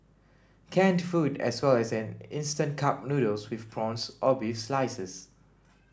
canned food as well as an instant cup noodles with prawns or beef slices